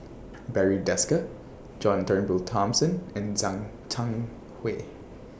Barry Desker John Turnbull Thomson and Zhang Hui